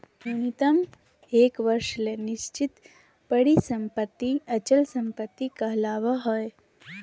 न्यूनतम एक वर्ष ले निश्चित परिसम्पत्ति अचल संपत्ति कहलावय हय